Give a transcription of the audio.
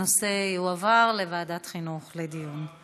הנושא יועבר לוועדת החינוך, לדיון.